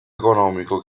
economico